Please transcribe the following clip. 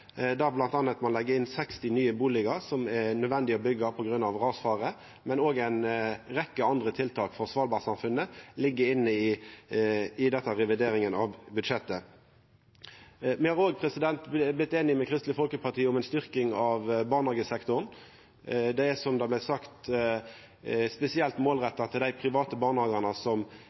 der ein bl.a. legg inn 60 nye bustader som er nødvendige å byggja på grunn av rasfare. Det er òg ei rekkje andre tiltak for Svalbard-samfunnet som ligg inne i denne revideringa av budsjettet. Me har òg vorte einige med Kristeleg Folkeparti om ei styrking av barnehagesektoren. Det er, som det vart sagt, spesielt målretta mot dei private barnehagane som